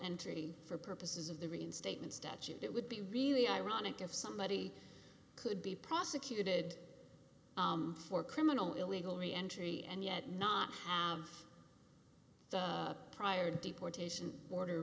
entry for purposes of the reinstatement statute it would be really ironic if somebody could be prosecuted for criminal illegally entry and yet not have prior deportation order